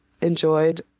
enjoyed